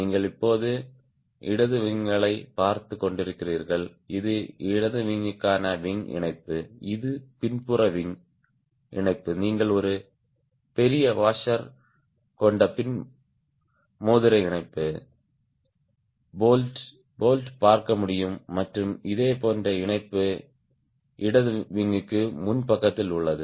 நீங்கள் இப்போது இடதுவிங்களைப் பார்த்துக் கொண்டிருந்தீர்கள் இது இடதுவிங்க்கான விங் இணைப்பு இது பின்புற விங் இணைப்பு நீங்கள் ஒரு பெரிய வாஷர் கொண்ட பின்புற மோதிர இணைப்பு போல்ட் போல்ட் பார்க்க முடியும் மற்றும் இதே போன்ற இணைப்பு இடது விங்க்கு முன் பக்கத்தில் உள்ளது